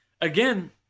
again